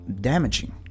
damaging